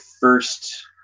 first